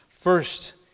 First